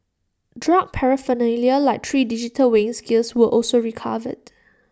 drug paraphernalia like three digital weighing scales were also recovered